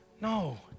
no